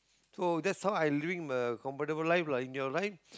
so that's how I living uh a comfortable life lah in your life